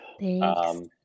Thanks